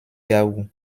yahoo